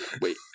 wait